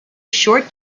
short